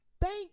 thank